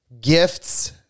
gifts